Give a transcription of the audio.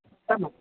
आमाम्